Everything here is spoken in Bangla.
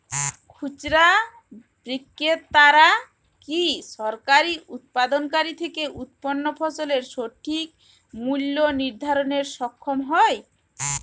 খুচরা বিক্রেতারা কী সরাসরি উৎপাদনকারী থেকে উৎপন্ন ফসলের সঠিক মূল্য নির্ধারণে সক্ষম হয়?